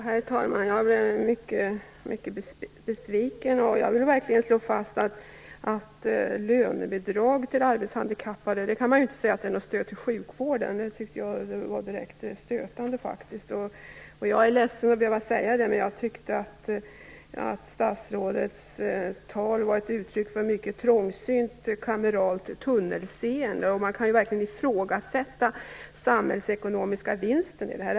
Herr talman! Jag är mycket besviken. Jag vill verkligen slå fast att man inte kan säga att lönebidrag till arbetshandikappade är ett stöd till sjukvården. Jag tyckte faktiskt att det var direkt stötande. Jag är ledsen att behöva säga det, men jag tyckte att statsrådets tal var ett uttryck för mycket trångsynt kameralt tunnelseende. Man kan verkligen ifrågasätta den samhällsekonomiska vinsten i detta.